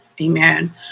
amen